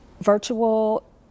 virtual